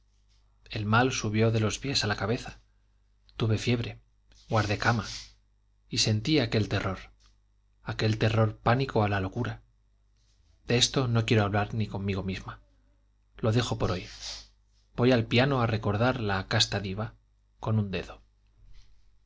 el mal subió de los pies a la cabeza tuve fiebre guardé cama y sentí aquel terror aquel terror pánico a la locura de esto no quiero hablar ni conmigo misma lo dejo por hoy voy al piano a recordar la casta diva con un dedo